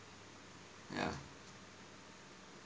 ya